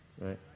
right